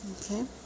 Okay